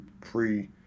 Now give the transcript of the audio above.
pre